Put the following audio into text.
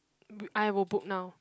b~ I will book now